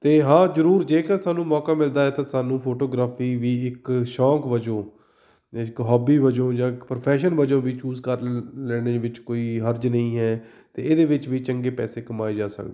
ਅਤੇ ਹਾਂ ਜ਼ਰੂਰ ਜੇਕਰ ਸਾਨੂੰ ਮੌਕਾ ਮਿਲਦਾ ਹੈ ਤਾਂ ਸਾਨੂੰ ਫੋਟੋਗ੍ਰਾਫੀ ਵੀ ਇੱਕ ਸ਼ੌਂਕ ਵਜੋਂ ਅਤੇ ਇੱਕ ਹੋਬੀ ਵਜੋਂ ਜਾਂ ਇੱਕ ਪ੍ਰੋਫੈਸ਼ਨ ਵਜੋਂ ਵੀ ਚੂਜ਼ ਕਰ ਲ ਲੈਣੇ ਵਿੱਚ ਕੋਈ ਹਰਜ ਨਹੀਂ ਹੈ ਅਤੇ ਇਹਦੇ ਵਿੱਚ ਵੀ ਚੰਗੇ ਪੈਸੇ ਕਮਾਏ ਜਾ ਸਕਦੇ ਹਨ